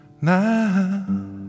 now